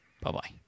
bye-bye